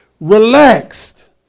relaxed